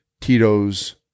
Tito's